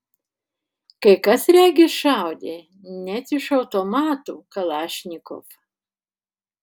kai kas regis šaudė net iš automatų kalašnikov